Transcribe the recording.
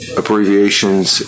abbreviations